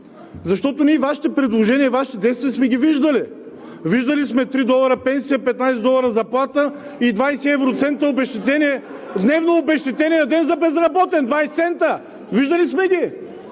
Защото ние Вашите предложения и Вашите действия сме ги виждали – виждали сме 3 долара пенсия, 15 долара заплата и 20 евроцента обезщетение, дневно обезщетение на ден за безработен – 20 цента! (Оживление и